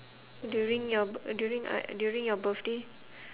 during your during uh during your birthday